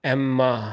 Emma